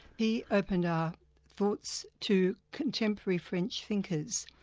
he opened our thoughts to contemporary french thinkers,